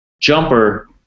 jumper